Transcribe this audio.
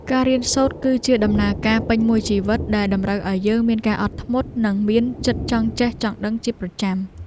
ការរៀនសូត្រ គឺជាដំណើរការពេញមួយជីវិតដែលតម្រូវឱ្យយើងមានការអត់ធ្មត់ និងមានចិត្តចង់ចេះចង់ដឹងជាប្រចាំ។